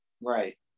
Right